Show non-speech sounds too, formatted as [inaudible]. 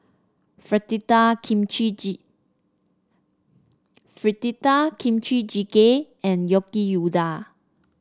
Fritada Kimchi [unintelligible] Fritada Kimchi Jjigae and Yaki Udon